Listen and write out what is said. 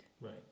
Right